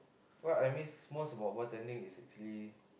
what I miss most about bartending is actually